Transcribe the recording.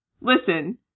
listen